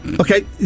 Okay